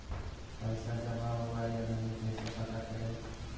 पैसा जमा हुआ या नही कैसे पता करे?